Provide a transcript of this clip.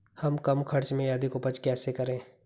हम कम खर्च में अधिक उपज कैसे करें?